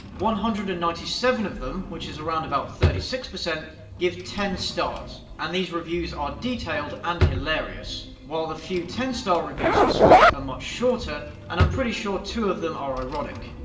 one hundred and ninety seven of them which is around about thirty six percent give ten stars. and these reviews are detailed and hilarious. while the few ten star reviews for swiped are much shorter and i'm pretty sure two of them are ironic.